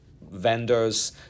vendors